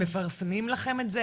מפרסמים לכם את זה,